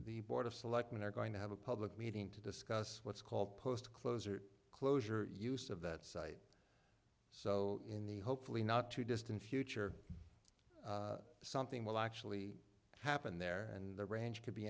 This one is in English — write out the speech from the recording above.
the board of selectmen are going to have a public meeting to discuss what's called post close or closure use of that site so in the hopefully not too distant future something will actually happen there and the range could be